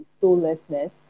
soullessness